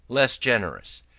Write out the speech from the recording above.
less generous.